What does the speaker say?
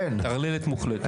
טרללת מוחלטת.